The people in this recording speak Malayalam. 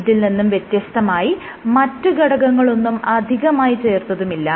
ഇതിൽ നിന്നും വ്യത്യസ്തമായി മറ്റ് ഘടകങ്ങളൊന്നും അധികമായി ചേർത്തതുമില്ല